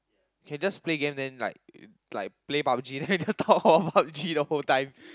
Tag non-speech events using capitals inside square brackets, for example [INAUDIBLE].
can just play games then like like play Pub-G then [LAUGHS] just talk about Pub-G the whole time